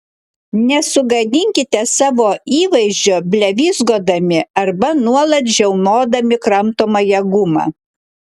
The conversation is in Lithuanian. nesugadinkite savo įvaizdžio blevyzgodami arba nuolat žiaumodami kramtomąją gumą